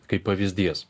kaip pavyzdys